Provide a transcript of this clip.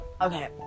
Okay